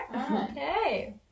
Okay